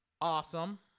awesome